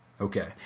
Okay